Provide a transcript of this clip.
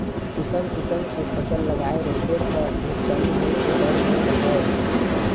किसम किसम के फसल लगाए रहिबे त नुकसानी होए के डर नइ रहय